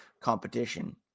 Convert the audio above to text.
competition